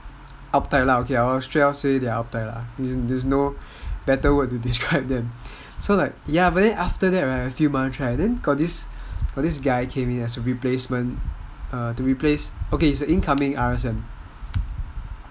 uptight lah okay I'll just say they're uptight lah there's no better word to describe them so like ya but then like after that a few months right got this guy came in as a replacement to replace okay it's an incoming R_S_M